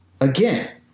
again